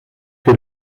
que